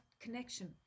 connection